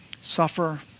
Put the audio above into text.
suffer